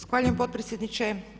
Zahvaljujem potpredsjedniče.